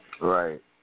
Right